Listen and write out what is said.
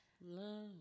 love